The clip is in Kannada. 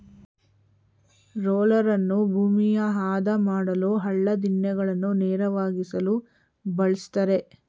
ರೋಲರನ್ನು ಭೂಮಿಯ ಆದ ಮಾಡಲು, ಹಳ್ಳ ದಿಣ್ಣೆಗಳನ್ನು ನೇರವಾಗಿಸಲು ಬಳ್ಸತ್ತರೆ